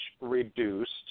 reduced